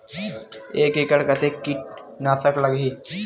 एक एकड़ कतेक किट नाशक लगही?